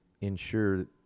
ensure